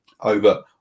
over